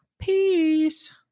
peace